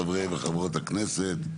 חברי וחברות הכנסת.